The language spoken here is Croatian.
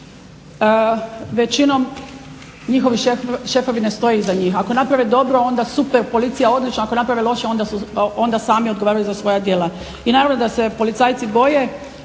većinom njihovi šefovi ne stoje iza njih, ako naprave dobro onda super, policija odlična, ako naprave loše onda sami odgovaraju za svoja djela. I naravno da se policajci boje